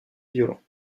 violents